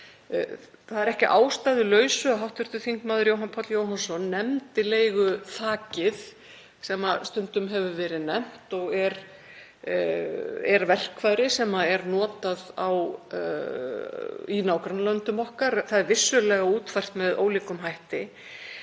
Það er ekki að ástæðulausu að hv. þm. Jóhann Páll Jóhannsson nefndi leiguþakið sem stundum hefur verið nefnt og er verkfæri sem er notað í nágrannalöndum okkar. Það er vissulega útfært með ólíkum hætti.